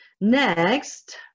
Next